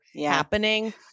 happening